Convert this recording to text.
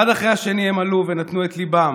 אחד אחרי השני הם עלו ונתנו את ליבם